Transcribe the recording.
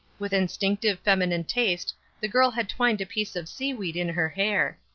with instinctive feminine taste the girl had twined a piece of seaweed in her hair.